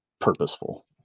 purposeful